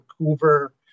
Vancouver